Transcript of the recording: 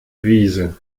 wiese